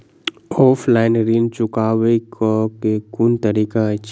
Offline ऋण चुकाबै केँ केँ कुन तरीका अछि?